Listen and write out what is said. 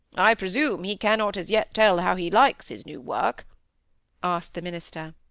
i presume he cannot as yet tell how he likes his new work asked the minister.